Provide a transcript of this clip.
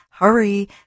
Hurry